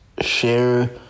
share